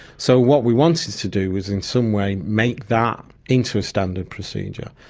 so what we wanted to do was in some way make that into a standard procedure,